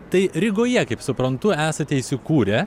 tai rygoje kaip suprantu esate įsikūrę